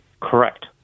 Correct